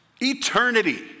Eternity